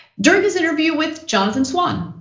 during his interview with jonathan swan,